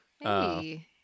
Hey